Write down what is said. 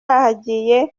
hagiye